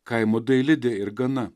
kaimo dailidė ir gana